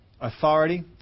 authority